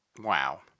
Wow